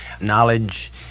knowledge